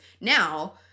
now